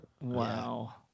Wow